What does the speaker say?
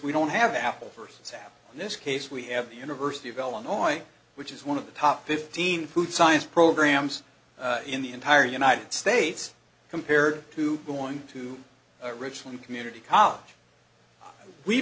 we don't have the apple vs half in this case we have the university of illinois which is one of the top fifteen food science programs in the entire united states compared to going to originally community college we